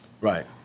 right